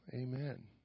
Amen